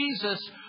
Jesus